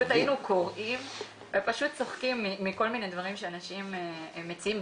היינו צוחקים מכל מיני דברים שאנשים מציעים,